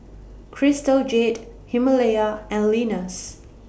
Crystal Jade Himalaya and Lenas